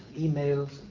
emails